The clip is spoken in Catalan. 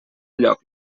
lloc